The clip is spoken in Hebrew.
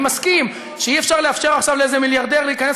אני מסכים שאי-אפשר לאפשר עכשיו לאיזה מיליארדר להיכנס